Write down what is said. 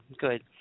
good